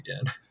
again